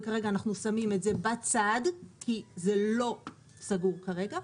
וכרגע אנחנו שמים את זה בצד כי זה לא סגור כרגע.